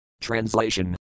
Translation